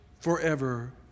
forever